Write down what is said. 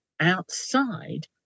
outside